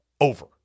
over